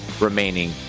remaining